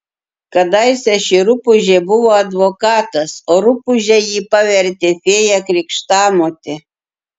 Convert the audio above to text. kadaise ši rupūžė buvo advokatas o rupūže jį pavertė fėja krikštamotė